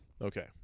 Okay